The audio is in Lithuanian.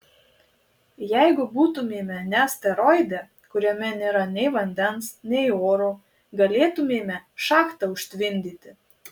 jeigu būtumėme ne asteroide kuriame nėra nei vandens nei oro galėtumėme šachtą užtvindyti